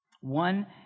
One